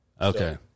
Okay